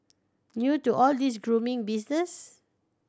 new to all this grooming business